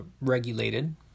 regulated